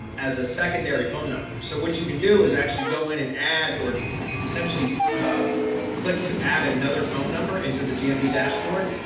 um as a secondary phone number. so what you can do is actually go in and add or essentially click to add another phone number into the gmb dashboard.